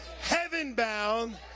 heaven-bound